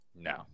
No